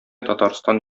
татарстан